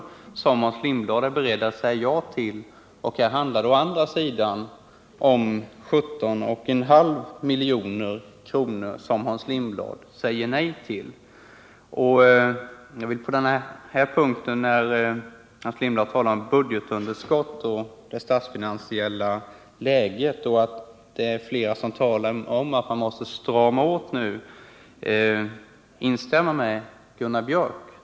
Den är Hans Lindblad beredd att säga ja till. Här handlar det om 17,5 milj.kr. som han säger nej till. Hans Lindblad talade om budgetunderskottet, det statsfinansiella läget och att det är många som anser att man nu måste strama åt. Jag vill då instämma med Gunnar Björk.